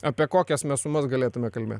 apie kokias mes sumas galėtume kalbėt